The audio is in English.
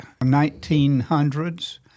1900s